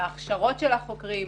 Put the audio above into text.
הכשרות של החוקרים.